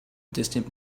distant